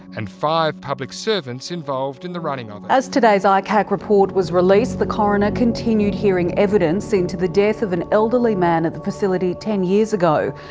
and five public servants involved in the running of it. as today's icac report was released, the coroner continued hearing evidence into the death of an elderly man at the facility ten years ago.